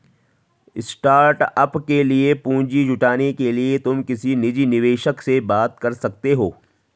startup के लिए पूंजी जुटाने के लिए तुम किसी निजी निवेशक से बात कर सकते हो